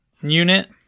unit